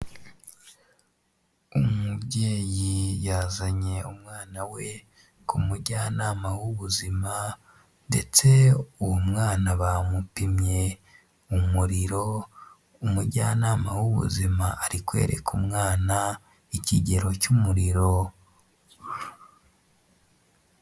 Umubyeyi yazanye umwana we ku mujyanama w'ubuzima ndetse uwo mwana bamupimye umuriro. Umujyanama w'ubuzima ari kwereka umwana ikigero cy'umuriro.